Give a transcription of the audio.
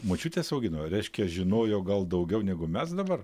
močiutės augino reiškia žinojo gal daugiau negu mes dabar